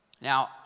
Now